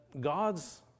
God's